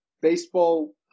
baseball